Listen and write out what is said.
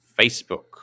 facebook